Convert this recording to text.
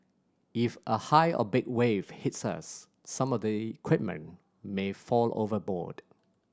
if a high or big wave hits us some of the equipment may fall overboard